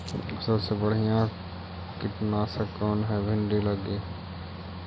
सबसे बढ़िया कित्नासक कौन है भिन्डी लगी?